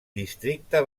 districte